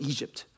Egypt